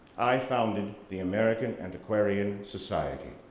i founded the american antiquarian society,